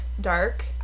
Dark